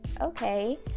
Okay